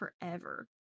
forever